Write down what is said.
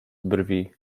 brwi